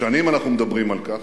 שנים אנחנו מדברים על כך,